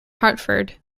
hartford